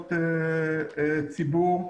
בהערות הציבור.